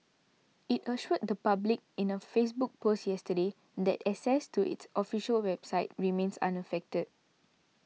it assured the public in a Facebook post yesterday that access to its official website remains unaffected